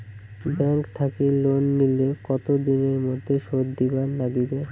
Bank থাকি loan নিলে কতো দিনের মধ্যে শোধ দিবার নাগিবে?